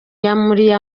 yamuriye